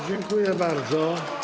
Dziękuję bardzo.